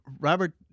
Robert